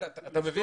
תוך חודש,